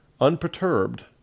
unperturbed